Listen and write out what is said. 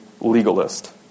legalist